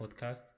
podcast